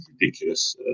ridiculous